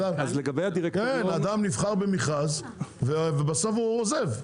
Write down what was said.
אדם נבחר במכרז ובסוף הוא עוזב,